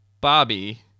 bobby